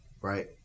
right